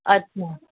अछा